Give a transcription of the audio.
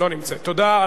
תודה.